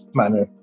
manner